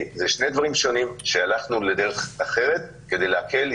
זה שני דברים שונים, הלכנו לדרך אחרת כדי להקל.